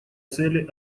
цели